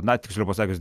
na tiksliau pasakius